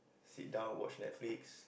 sit down watch Netflix